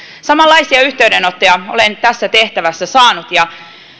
samanlaisia yhteydenottoja olen tässä tehtävässä saanut ja